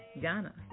Ghana